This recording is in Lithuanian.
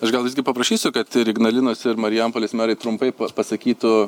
aš gal visgi paprašysiu kad ir ignalinos ir marijampolės merai trumpai pasakytų